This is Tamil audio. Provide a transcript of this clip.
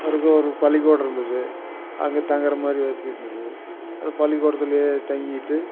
மறுக்க ஒரு பள்ளிக்கூடம் இருந்தது அங்கே தங்குறமாதிரி வசதி இருந்தது அந்த பள்ளிக்கூடத்திலேயே தங்கிக்கிட்டு